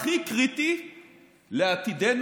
הכי קריטי לעתידנו,